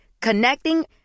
Connecting